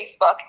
facebook